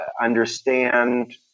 understand